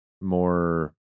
more